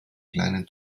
kleinen